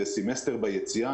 סמסטר ביציאה,